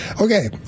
Okay